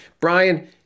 Brian